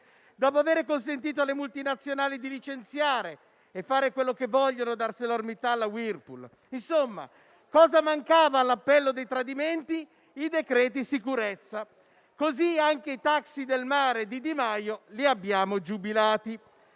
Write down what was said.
dopo aver consentito alle multinazionali di licenziare e fare quello che vogliono, da ArcelorMittal a Whirlpool, insomma, cosa mancava all'appello dei tradimenti? I decreti sicurezza. Così, anche i taxi del mare di Di Maio li abbiamo giubilati.